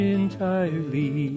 entirely